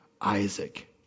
Isaac